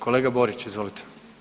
Kolega Borić, izvolite.